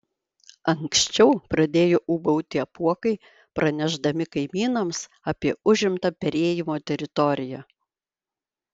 anksčiau pradėjo ūbauti apuokai pranešdami kaimynams apie užimtą perėjimo teritoriją